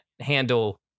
handle